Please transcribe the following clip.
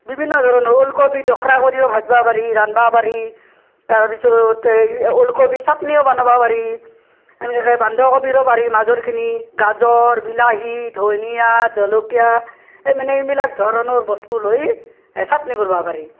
বিভিন্ন ধৰণৰ ওলকবি দোখৰা কৰিও ভাজিব পাৰি ৰান্ধিব পাৰি তাৰপিছত সেই ওলকবিৰ চাটনীও বনাব পাৰি সেনকৈ বন্ধাকবিৰো পাৰি মাজৰখিনি গাজৰ বিলাহী ধনীয়া জলকীয়া এই মানে এইবিলাক ধৰণৰ বস্তু লৈ এ চাটনী কৰিব পাৰি